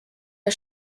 der